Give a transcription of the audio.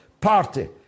party